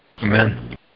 Amen